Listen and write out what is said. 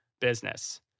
business